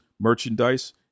merchandise